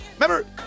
Remember